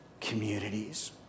communities